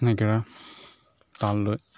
নেগেৰা তাল লৈ